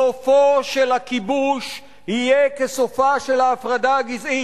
סופו של הכיבוש יהיה כסופה של ההפרדה הגזעית,